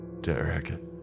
Derek